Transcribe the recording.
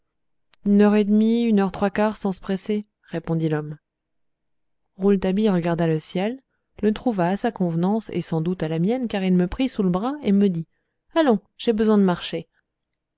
une heure et demie une heure trois quarts sans se presser répondit l'homme rouletabille regarda le ciel le trouva à sa convenance et sans doute à la mienne car il me prit sous le bras et me dit allons j'ai besoin de marcher